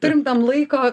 turime tam laiko